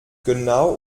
genau